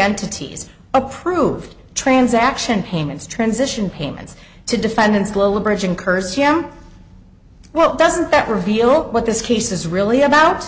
entities approved transaction payments transition payments to defendants global bridge incurs him well doesn't that reveal what this case is really about